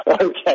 Okay